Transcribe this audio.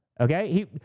okay